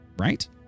right